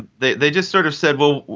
they they just sort of said, well,